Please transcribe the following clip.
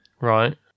Right